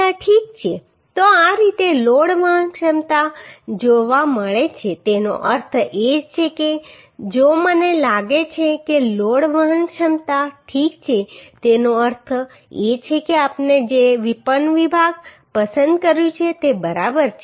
તો આ રીતે લોડ વહન ક્ષમતા જોવા મળે છે તેનો અર્થ એ છે કે જો મને લાગે છે કે લોડ વહન ક્ષમતા ઠીક છે તેનો અર્થ એ છે કે આપણે જે પણ વિભાગ પસંદ કર્યું છે તે બરાબર છે